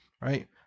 Right